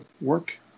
work